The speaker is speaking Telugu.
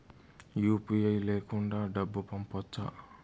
యు.పి.ఐ లేకుండా డబ్బు పంపొచ్చా